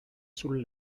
sul